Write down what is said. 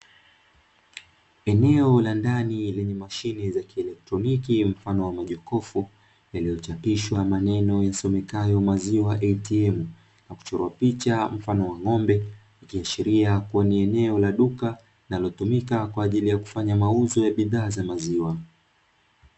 Eneo la ndani lenye mashine za kielektroniki mfano wa majokofu yaliyochapishwa maneno yasomekayo "maziwa ATM" na kuchora picha mfano wa ng'ombe, ikiashiria kuwa ni eneo la duka linalotumika kwa ajili ya kufanya mauzo ya bidhaa za maziwa.